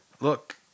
Look